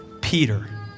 Peter